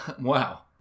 Wow